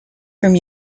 from